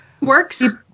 Works